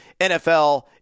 NFL